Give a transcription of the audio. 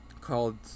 called